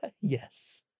Yes